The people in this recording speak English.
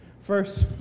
first